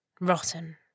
rotten